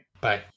Bye